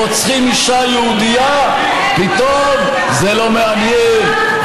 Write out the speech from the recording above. כשרוצחים אישה יהודייה פתאום זה לא מעניין,